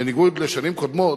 בניגוד לשנים קודמות,